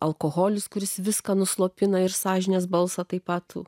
alkoholis kuris viską nuslopina ir sąžinės balsą taip pat